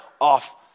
off